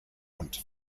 und